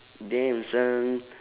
damn son